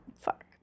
fuck